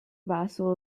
vassal